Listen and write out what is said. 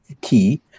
key